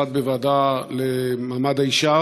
אחד בוועדה למעמד האישה